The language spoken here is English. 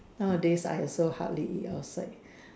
nowadays I also hardly eat outside